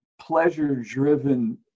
pleasure-driven